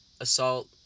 assault